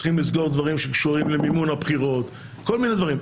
צריכים לסגור דברים שקשורים למימון הבחירות כל מיני דברים.